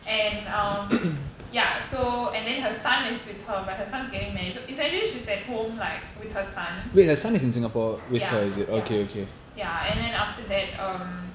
and um ya so and then her son is with her but her son's getting married so essentially she's at home like with her son ya ya ya and then after that um